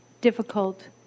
difficult